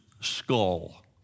skull